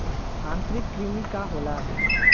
आंतरिक कृमि का होला?